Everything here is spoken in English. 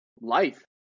life